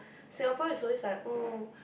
Singapore is always like oh